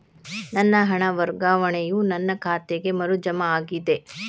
ನನ್ನ ಹಣ ವರ್ಗಾವಣೆಯು ನನ್ನ ಖಾತೆಗೆ ಮರು ಜಮಾ ಆಗಿದೆ